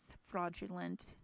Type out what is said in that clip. fraudulent